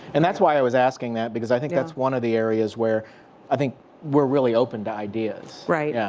and that's why i was asking that. because i think that's one of the areas where i think we're really open to ideas. right. yeah.